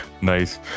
Nice